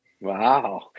Wow